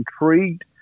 intrigued –